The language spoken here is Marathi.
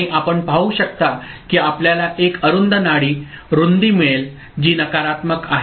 आणि आपण पाहू शकता की आपल्याला एक अरुंद नाडी रुंदी मिळेल जी नकारात्मक आहे